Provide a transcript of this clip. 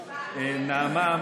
נעמה,